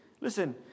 Listen